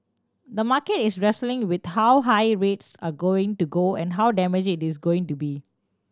the market is wrestling with how high rates are going to go and how damage it's going to be